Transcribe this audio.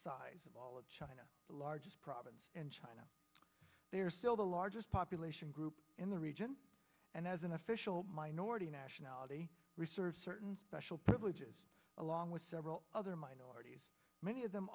size of all of china the largest province in china they're still the largest population group in the region and as an official my no the nationality research certain special privileges along with several other minorities many of them